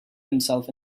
himself